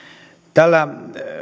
tällä